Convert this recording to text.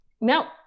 No